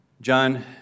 John